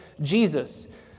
Jesus